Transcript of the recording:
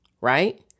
right